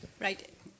Right